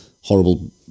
horrible